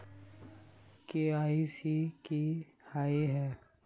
KYC की हिये है?